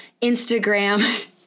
Instagram